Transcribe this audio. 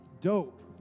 dope